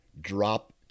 drop